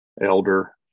elder